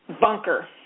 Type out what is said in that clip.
bunker